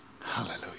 hallelujah